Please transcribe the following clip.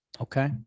Okay